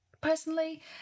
personally